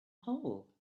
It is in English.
hole